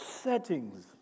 settings